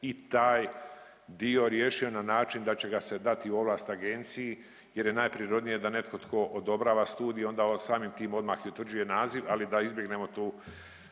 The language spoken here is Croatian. i taj dio riješio na način da će ga se dati u ovlast agenciji jer je najprirodnije da netko tko odobrava studij onda on samim tim odmah i utvrđuje naziv, ali da izbjegnemo tu,